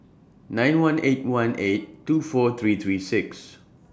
nine one eight one eight two four three three six